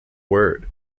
word